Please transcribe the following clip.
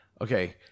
Okay